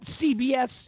CBS